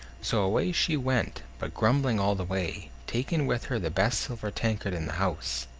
so away she went, but grumbling all the way, taking with her the best silver tankard in the house.